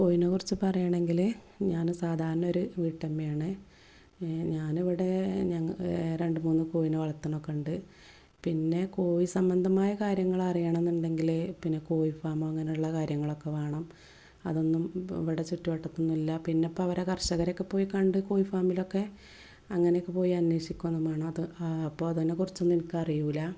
കോഴിയെ കുറിച്ച് പറയുകയാണെങ്കില് ഞാന് സാധാരണ ഒരു വീട്ടമ്മയാണ് ഞാനിവിടെ രണ്ടുമൂന്ന് കോഴിയെ വളർത്തുന്നൊക്കെയുണ്ട് പിന്നെ കോഴി സംബന്ധമായ കാര്യങ്ങൾ അറിയണമെന്നുണ്ടെങ്കിൽ പിന്നെ കോഴി ഫാം അങ്ങനെയുള്ള കാര്യങ്ങളൊക്കെ വേണം അതൊന്നും ഇവിടെ ചുറ്റുവട്ടത്തൊന്നുമില്ല പിന്നെ ഇപ്പം അവരെ കർഷകരെയൊക്കെ പോയി കണ്ട് കോഴി ഫാമിലൊക്കെ അങ്ങനെയൊക്കെ പോയി അന്വേഷിക്കുക വേണം അപ്പോൾ അത് അപ്പം അതിനെക്കുറിച്ചൊന്നും എനിക്ക് അറിയില്ല